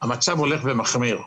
המצב הולך ומחמיר.